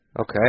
Okay